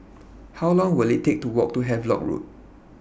How Long Will IT Take to Walk to Havelock Road